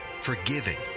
forgiving